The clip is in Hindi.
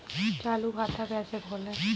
चालू खाता कैसे खोलें?